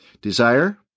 desire